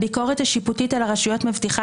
הביקורת השיפוטית על הרשויות מבטיחה